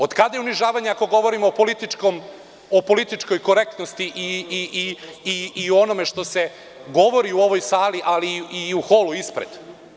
Od kada je unižavanje ako govorimo o političkoj korektnosti i o onome što se govori u ovoj sali, ali i u holu ispred.